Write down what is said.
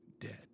dead